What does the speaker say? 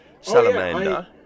salamander